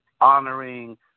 honoring